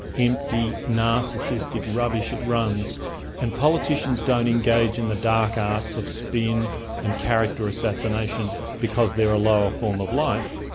empty, narcissistic rubbish it runs and politicians don't engage in the dark arts of spin and character assassination because they are a lower form of life.